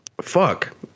Fuck